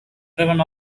driven